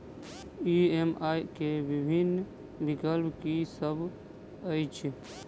EMI केँ विभिन्न विकल्प की सब अछि